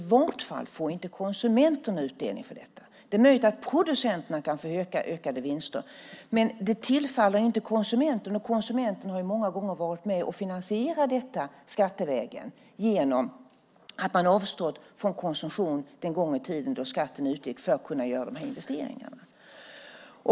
I vårt fall får inte konsumenterna utdelning på dessa investeringar. Det är möjligt att producenterna kan få ökade vinster, men dessa tillfaller inte konsumenten, även om konsumenten många gånger har varit med och finansierat detta skattevägen genom att man avstått från konsumtion den gång i tiden skatten utgick för att kunna göra de här investeringarna.